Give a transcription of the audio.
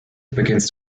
begins